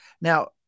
Now